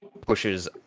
pushes